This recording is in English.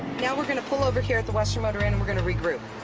now we're going to pull over here at the western motor inn. we're going to regroup.